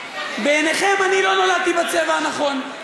בעיניכם אני לא נולדתי בצבע הנכון.